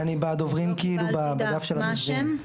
אני מסיים כל